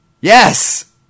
Yes